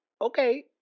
Okay